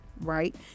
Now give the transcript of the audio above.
right